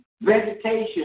vegetation